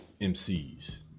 MCs